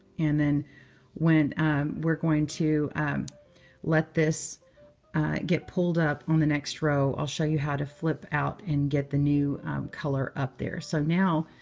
and then we're going to let this get pulled up on the next row. i'll show you how to flip out and get the new color up there. so now,